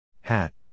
Hat